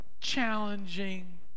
Challenging